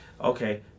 okay